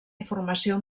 informació